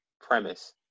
premise